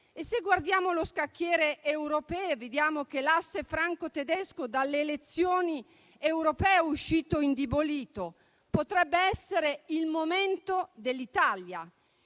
Se guardiamo lo scacchiere europeo, vediamo che l'asse franco-tedesco dalle elezioni europee è uscito indebolito. Potrebbe essere il momento dell'Italia.